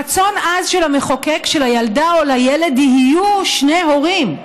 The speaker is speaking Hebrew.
רצון עז של המחוקק שלילדה או לילד יהיו שני הורים.